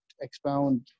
expound